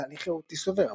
טלי חרותי-סובר,